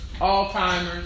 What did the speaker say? Alzheimer's